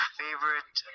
favorite